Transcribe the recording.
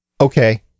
okay